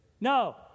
no